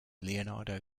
leonardo